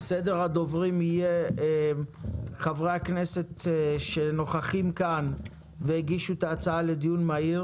סדר הדוברים יהיה כך: קודם חברי הכנסת שהגישו את ההצעה לדיון מהיר